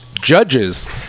judges